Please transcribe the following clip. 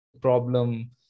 problem